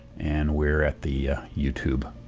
and we're at the youtube